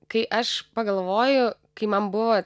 kai aš pagalvoju kai man buvo